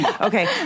Okay